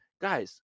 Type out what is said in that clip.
guys